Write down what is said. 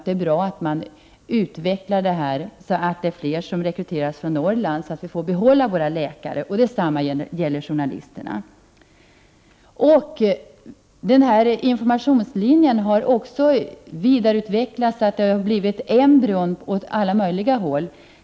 Det är bra att flera läkarstuderande rekryteras från Norrland och att de sedan stannar kvar där. Informationslinjen har också vidareutvecklats så, att det blivit embryon på alla möjliga håll.